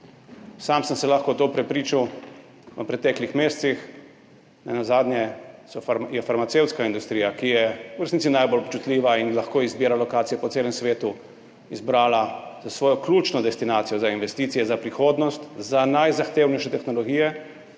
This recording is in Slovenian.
Sam sem se lahko v to prepričal v preteklih mesecih. Nenazadnje je farmacevtska industrija, ki je v resnici najbolj občutljiva in lahko izbira lokacije po celem svetu, izbrala za svojo ključno destinacijo za investicije za prihodnost za najzahtevnejše tehnologije